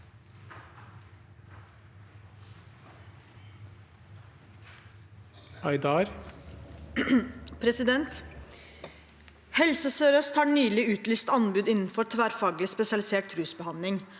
«Helse Sør-Øst har ny- lig utlyst anbud innenfor tverrfaglig spesialisert rusbehandling.